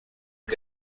que